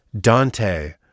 Dante